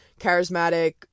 charismatic